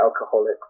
alcoholic